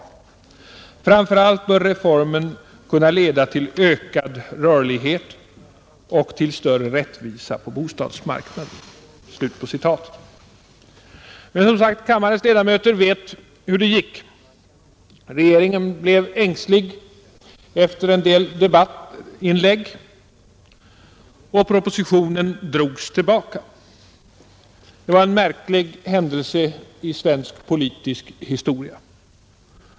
Framför allt bör reformen kunna leda till ökad rörlighet och rättvisa på bostadsmarknaden.” Men, som sagt, kammarens ledamöter vet hur det gick. Regeringen blev ängslig efter en del debattinlägg. Propositionen drogs tillbaka. Detta var en märklig händelse i svensk politisk historia.